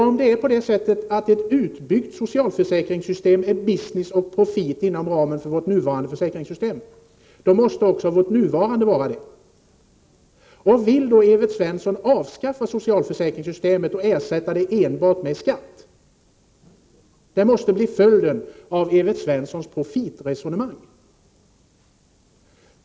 Om ett utbyggt socialförsäkringssystem är business och profit inom ramen för försäkringssystemet, då måste också vårt nuvarande system vara det. Vill Evert Svensson avskaffa socialförsäkringssystemet och ersätta det enbart med skatter? Detta måste bli följden av Evert Svenssons profitresonemang.